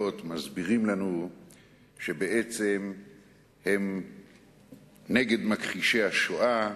מסבירים לנו שבעצם הם נגד מכחישי השואה,